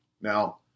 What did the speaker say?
Now